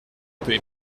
peut